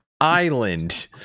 island